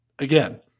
Again